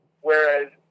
whereas